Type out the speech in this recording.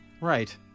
right